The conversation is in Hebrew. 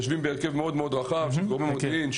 יושבים בהרכב מאוד רחב של גורמי מודיעין,